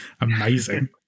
amazing